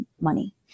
money